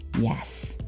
Yes